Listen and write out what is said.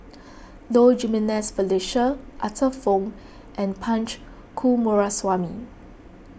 Low Jimenez Felicia Arthur Fong and Punch Coomaraswamy